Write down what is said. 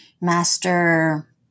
master